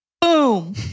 Boom